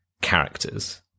characters